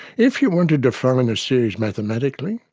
if you wanted to follow and a series mathematically,